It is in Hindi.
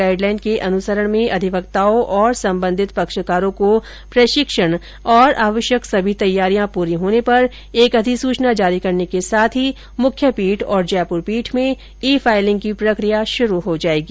गाइडलाइन के अनुसरण में अधिवक्ताओं और सबंधित पक्षकारों को प्रशिक्षण तथा आवश्यक सभी तैयारियां पूरी होने पर एक अधिसूचना जारी करने के साथ ही मुख्यपीठ तथा जयपुर पीठ में ई फाइलिंग की प्रक्रिया शुरू हो जाएगी